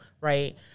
right